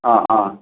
ആ ആ